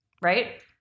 right